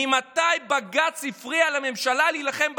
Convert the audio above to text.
ממתי בג"ץ הפריע לממשלה להילחם בטרור?